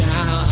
Now